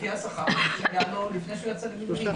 לפי השכר שהיה לו לפני שהוא יצא למילואים.